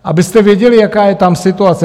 Abyste věděli, jaká je tam situace.